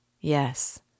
Yes